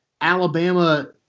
Alabama